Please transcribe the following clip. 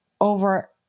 over